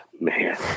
man